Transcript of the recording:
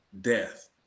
death